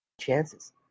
chances